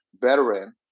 veteran